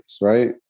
right